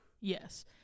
Yes